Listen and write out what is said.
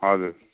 हजुर